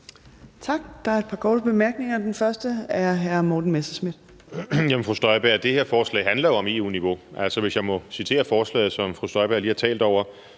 Først er det hr. Morten Messerschmidt. Kl. 12:43 Morten Messerschmidt (DF): Jamen fru Støjberg, det her forslag handler jo om EU-niveau. Altså, hvis jeg må citere forslaget, som fru Støjberg lige har talt over,